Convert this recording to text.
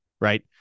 Right